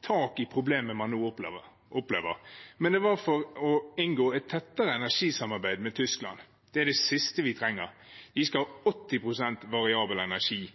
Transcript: tak i problemet man nå opplever. Det var for å inngå et tettere energisamarbeid med Tyskland. Det er det siste vi trenger. De skal ha 80 pst. variabel energi.